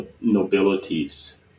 nobilities